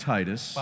Titus